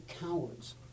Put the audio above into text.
cowards